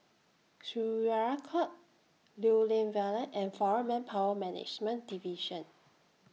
Syariah Court Lew Lian Vale and Foreign Manpower Management Division